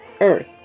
earth